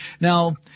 Now